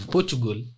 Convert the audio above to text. Portugal